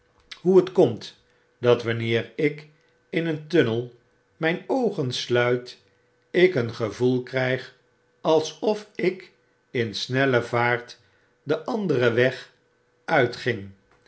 hoe het komt dat wanneer ik in een tunnel mp oogen sluit ik een gevoel krjjg alsof ik in snelle vaart den een vliegende keis i anderen weg uitging